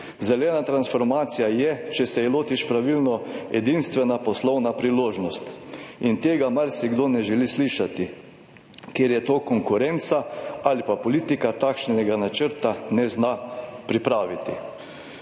Zelena transformacija je, če se je lotiš pravilno, edinstvena poslovna priložnost in tega marsikdo ne želi slišati, ker je to konkurenca ali pa politika takšnega načrta ne zna pripraviti.«